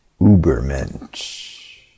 ubermensch